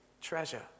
treasure